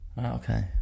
Okay